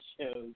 shows